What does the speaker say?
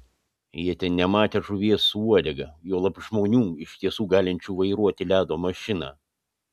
jie ten nematę žuvies su uodega juolab žmonių iš tiesų galinčių vairuoti ledo mašiną